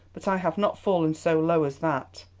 but i have not fallen so low as that.